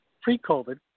pre-COVID